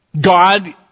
God